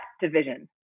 division